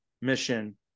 mission